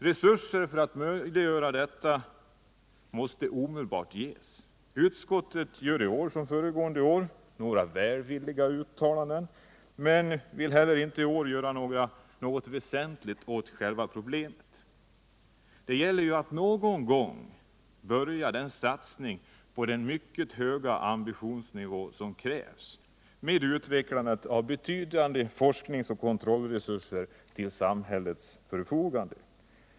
Resurser för att möjliggöra detta måste omedelbart ges. Utskottet gör i år som föregående år några välvilliga uttalanden men vill inte heller nu göra något väsentligt åt problemen. Men det gäller ju att någon gång börja satsningen på den mycket höga ambitionsnivå som krävs, med utvecklande av betydande forskningsoch kontrollresurser som skall stå till samhällets förfogande.